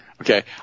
Okay